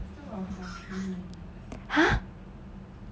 !huh!